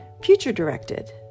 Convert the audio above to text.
future-directed